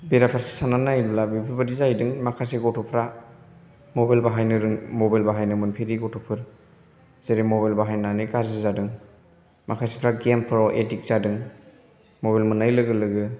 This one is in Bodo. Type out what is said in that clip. बेराफारसे साननानै नायोब्ला बेफोरबायदि जाहैदों माखासे गथ'फ्रा मबाइल बाहायनो मोनफेरि गथ'फोर जेरै मबाइल बाहायनानै गाज्रि जादों माखासेफ्रा गेमफ्राव एदिक्त जादों मबाइल मोननाय लोगो लोगो